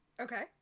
okay